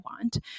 want